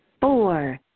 four